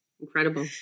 incredible